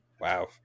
wow